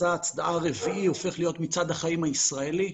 מסע הצדעה רביעי הופך להיות מצעד החיים הישראלי,